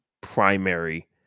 primary